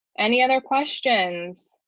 any other questions?